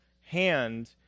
hand